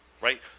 right